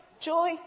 joy